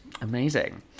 Amazing